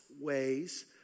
ways